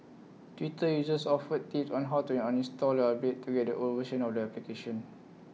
Twitter users offered tips on how to uninstall the update to get the old version of the application